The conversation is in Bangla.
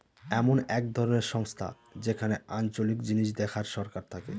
এমন এক ধরনের সংস্থা যেখানে আঞ্চলিক জিনিস দেখার সরকার থাকে